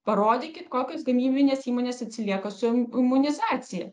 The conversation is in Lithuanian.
parodykit kokios gamybinės įmonės atsilieka su im imunizacija